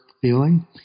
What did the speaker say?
feeling